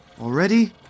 Already